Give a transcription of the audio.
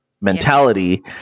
mentality